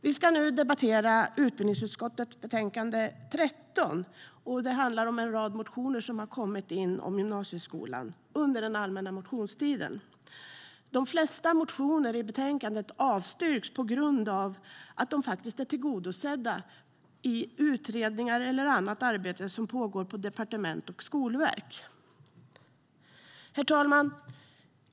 Vi ska nu debattera utbildningsutskottets betänkande 13 om en rad motioner som kommit in om gymnasieskolan under den allmänna motionstiden. De flesta motioner i betänkandet avstyrks på grund av att de är tillgodosedda genom utredningar eller annat arbete som pågår på departement och Skolverket. Herr talman!